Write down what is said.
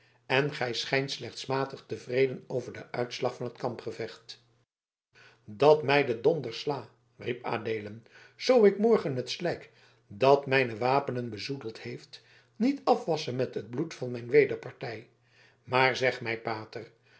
en gij schijnt slechts matig tevreden over den uitslag van het kampgevecht dat mij de donder sla riep adeelen zoo ik morgen het slijk dat mijne wapenen bezoedeld heeft niet afwassche met het bloed van mijn wederpartij maar zeg mij pater